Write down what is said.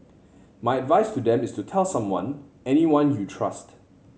my advice to them is to tell someone anyone you trust